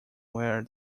wear